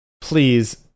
please